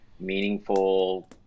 meaningful